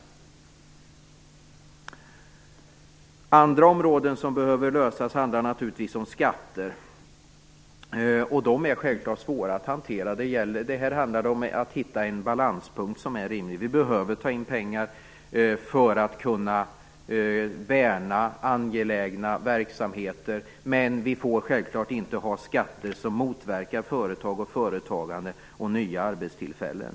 Ett annat område där det behövs lösningar är skatterna. De frågorna är det självklart svårt att hantera. Det gäller att hitta en rimlig balanspunkt. Vi behöver ta in pengar för att kunna värna angelägna verksamheter, men vi får självklart inte ha skatter som motverkar företag, företagande och nya arbetstillfällen.